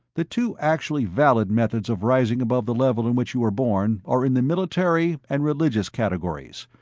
the two actually valid methods of rising above the level in which you were born are in the military and religious categories.